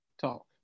talk